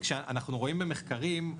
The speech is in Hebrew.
ואנחנו רואים במחקרים,